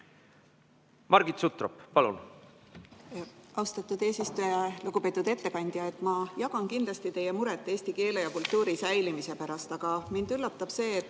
Margit Sutrop, palun!